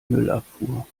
müllabfuhr